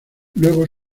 luego